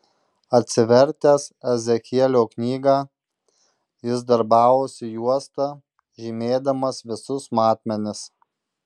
atsivertęs ezechielio knygą jis darbavosi juosta žymėdamas visus matmenis